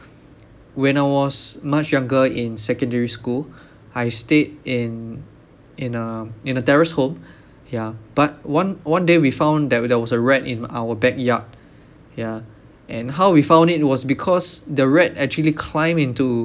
when I was much younger in secondary school I stayed in in a in a terrace home ya but one one day we found there was there was a rat in our back yard yeah and how we found it was because the rat actually climb into